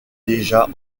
déjà